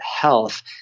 health